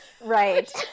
right